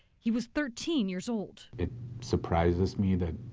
he was thirteen years old. it surprises me that